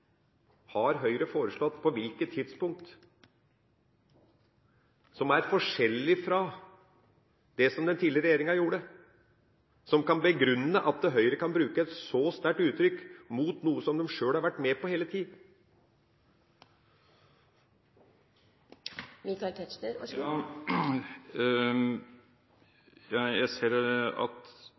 har Høyre foreslått, og på hvilket tidspunkt, som er forskjellig fra det den tidligere regjeringa gjorde, som kan begrunne at Høyre kan bruke et så sterkt uttrykk mot noe de sjøl har vært med på hele tida? Jeg ser at